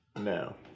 No